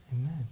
Amen